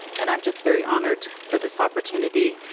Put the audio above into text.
and i'm just very honored for this opportunity.